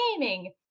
gaming